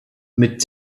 mit